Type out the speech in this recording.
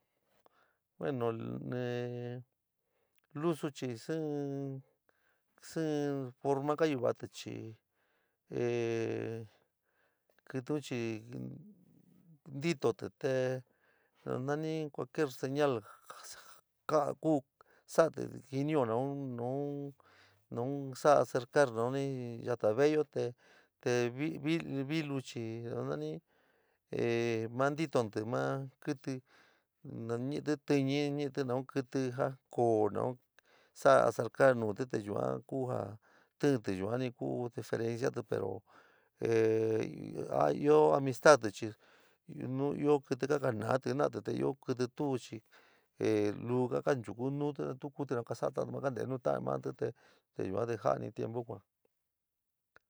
Bueno in, lusu chi chi, síi forma kanováati chi ee kitiún chi ñintiote ta ño ñini, cualquier señal ku salate ñiño ñaun, ñaun ñoo sara cercar vato veeyo te ñi, vilo chi na nanf ee ma ñinti maa kití ña niite tiñi ñoo kit ñiti ja koo ñoo sara cercaar nuuté de yua ku ño kutiti yuunii kuu diferenciado pero ee ño amistate eñiño ño kitka kaka ñoati jenojate te ño kutiti chi ee luu kamichuko nuuté ño kuítí nau kasatí kante nu ta´ate jena´atí te yua ni ja´a ni tiempo kua´a.